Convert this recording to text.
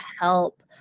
help